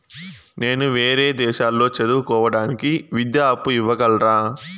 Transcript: నేను వేరే దేశాల్లో చదువు కోవడానికి విద్యా అప్పు ఇవ్వగలరా?